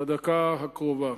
בדקה הקרובה: